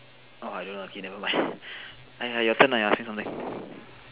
orh I don't know okay never mind !aiya! your turn lah you say something